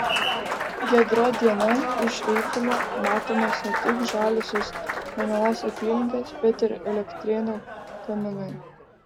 giedrą dieną iš eifelio matomos ne tik žaliosios jonavos apylinkės bet ir elektrėnų kaminai